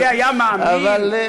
אבל,